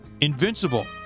invincible